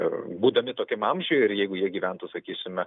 ir būdami tokiam amžiuje ir jeigu jie gyventų sakysime